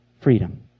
freedom